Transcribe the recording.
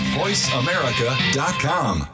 voiceamerica.com